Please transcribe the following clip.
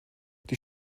die